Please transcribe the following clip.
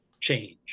change